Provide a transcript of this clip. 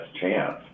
chance